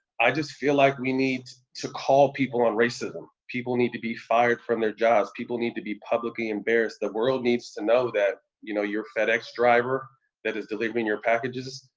i just feel like we need to call people on racism. people need to be fired from their jobs. people need to be publicly embarrassed. the world needs to know that, you know, your fedex driver that is delivering your packages,